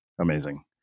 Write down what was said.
Amazing